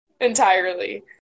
Entirely